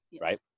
right